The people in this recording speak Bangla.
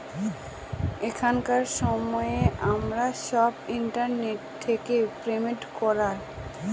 এখনকার সময় আমরা সব ইন্টারনেট থেকে পেমেন্ট করায়